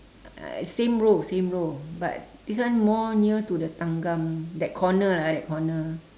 uh same row same row but this one more near to the thanggam that corner lah that corner